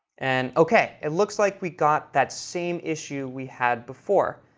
and ok. it looks like we got that same issue we had before.